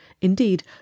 Indeed